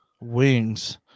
Wings